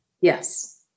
Yes